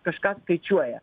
kažką skaičiuoja